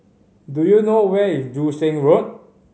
do you know where is Joo Seng Road